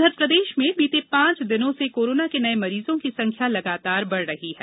इधर प्रदेश में बीते पांच दिनों से कोरोना के नये मरीजों की संख्या लगातार बढ़ रही है